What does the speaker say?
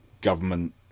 government